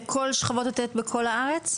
לכל שכבות ה-ט' בכל הארץ?